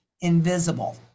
invisible